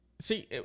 See